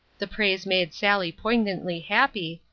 the praise made sally poignantly happy,